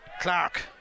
Clark